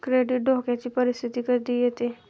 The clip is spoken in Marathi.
क्रेडिट धोक्याची परिस्थिती कधी येते